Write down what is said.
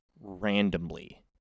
randomly